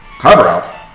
Cover-up